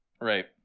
Right